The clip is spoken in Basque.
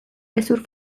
hezur